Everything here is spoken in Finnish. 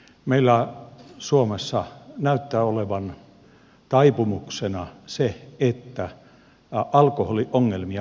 meillä suomessa näyttää olevan taipumuksena se että alkoholiongelmia vähätellään